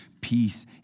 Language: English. peace